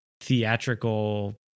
theatrical